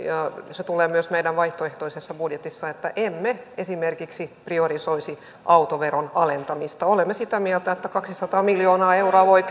se tulee myös meidän vaihtoehtoisessa budjetissamme että emme esimerkiksi priorisoisi autoveron alentamista olemme sitä mieltä että kaksisataa miljoonaa euroa voi